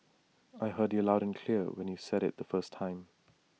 I heard you loud and clear when you said IT the first time